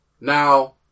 Now